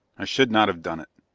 i should not have done it.